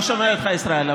אני לא שומע אותך, ישראל.